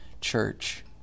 church